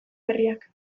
berriak